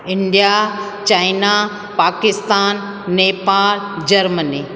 India China Pakistan Nepal Germany